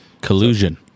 Collusion